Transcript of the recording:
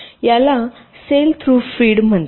याला cell through feed म्हणतात